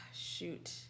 Shoot